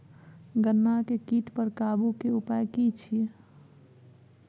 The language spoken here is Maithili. गन्ना के कीट पर काबू के उपाय की छिये?